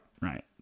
right